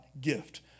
gift